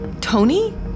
Tony